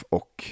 och